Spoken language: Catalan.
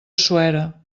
suera